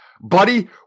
buddy